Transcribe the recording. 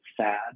sad